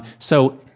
so,